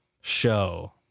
show